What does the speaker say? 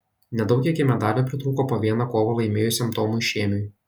nedaug iki medalio pritrūko po vieną kovą laimėjusiam tomui šėmiui